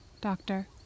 Doctor